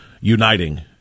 uniting